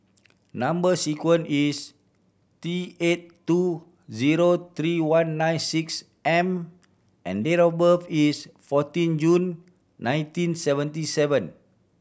number sequence is T eight two zero three one nine six M and date of birth is fourteen June nineteen seventy seven